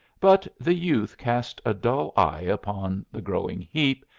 but the youth cast a dull eye upon the growing heap,